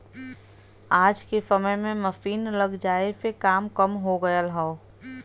आज के समय में मसीन लग जाये से काम कम हो गयल हौ